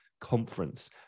Conference